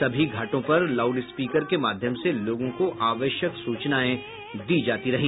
सभी घाटों पर लॉउड स्पीकर के माध्यम से लोगों को आवश्यक सूचनाएं दी जाती रही